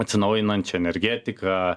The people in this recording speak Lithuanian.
atsinaujinančią energetiką